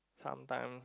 sometimes